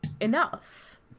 enough